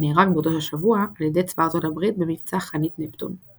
שנהרג באותו השבוע על ידי צבא ארצות הברית במבצע חנית נפטון.